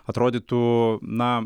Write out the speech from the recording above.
atrodytų na